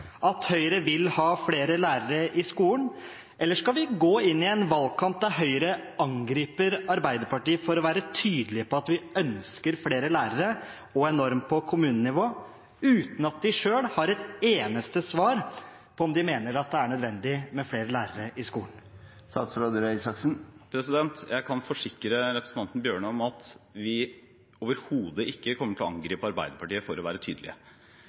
at Høyre vil ha flere lærere i skolen, eller skal vi gå inn i en valgkamp der Høyre angriper Arbeiderpartiet for å være tydelige på at vi ønsker flere lærere og en norm på kommunenivå, uten at de selv har et eneste svar på om de mener at det er nødvendig med flere lærere i skolen? Jeg kan forsikre representanten Tynning Bjørnø om at vi overhodet ikke kommer til å angripe Arbeiderpartiet for å være tydelige,